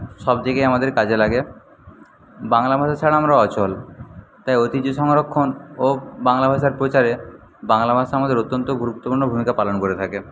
সবদিকে আমাদের কাজে লাগে বাংলা ভাষা ছাড়া আমরা অচল তাই ঐতিহ্য সংরক্ষণ ও বাংলা ভাষার প্রচারে বাংলা ভাষা আমাদের অত্যন্ত গুরুত্বপূর্ণ ভূমিকা পালন করে থাকে